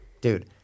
dude